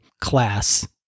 class